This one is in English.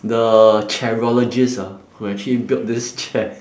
the chairologist ah who actually built this chair